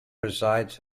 resides